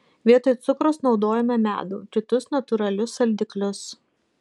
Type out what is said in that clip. vietoj cukraus naudojame medų kitus natūralius saldiklius